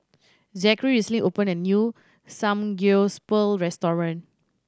Zakary recently opened a new Samgyeopsal restaurant